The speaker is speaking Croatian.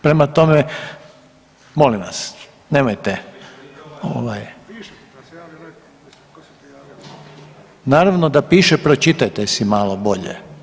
Prema tome, molim vas nemojte ovaj, naravno da piše pročitajte si malo bolje.